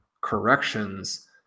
corrections